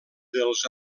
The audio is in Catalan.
dels